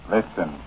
Listen